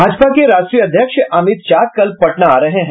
भाजपा के राष्ट्रीय अध्यक्ष अमित शाह कल पटना आ रहे हैं